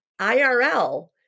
IRL